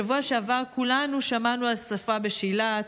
בשבוע שעבר כולנו שמענו על שרפה בשילת.